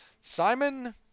Simon